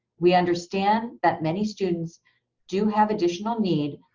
we understand that many students do have additional need,